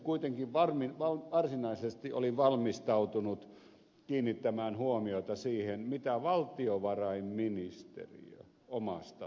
kuitenkin varsinaisesti olin valmistautunut kiinnittämään huomiota siihen mitä valtiovarainministeriö omasta toiminnastaan kertoo